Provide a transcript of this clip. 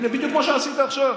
הינה, בדיוק כמו שעשית עכשיו.